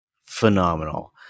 phenomenal